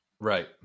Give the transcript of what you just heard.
Right